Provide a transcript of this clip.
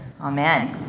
amen